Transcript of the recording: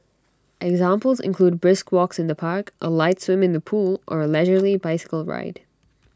examples include brisk walks in the park A light swim in the pool or A leisurely bicycle ride